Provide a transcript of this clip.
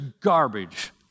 garbage